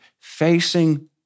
facing